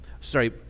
sorry